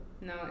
No